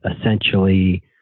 essentially